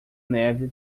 neve